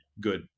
good